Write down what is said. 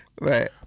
Right